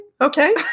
okay